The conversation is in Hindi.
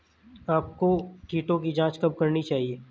आपको कीटों की जांच कब करनी चाहिए?